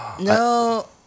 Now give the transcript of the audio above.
No